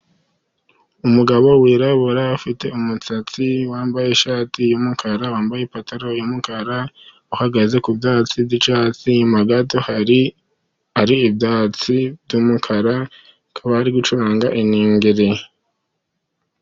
Umugabo wirabura ufite umusatsi wambaye ishati y'umukara, wambaye ipantaro y'umukara uhagaze ku byatsi, inyuma gato hari ari ibyatsi by'umukara, akaba ari gucuranga iningiri.